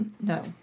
No